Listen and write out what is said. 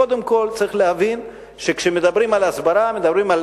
קודם כול צריך להבין שכשמדברים על הסברה מדברים על